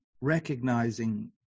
recognizing